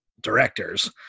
directors